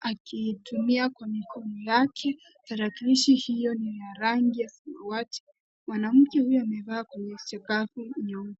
akiitumia kwa mikono yake. Tarakilishi hiyo ni ya rangi ya samawati. Mwanamke huyo amevaa skafu nyeupe.